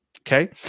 Okay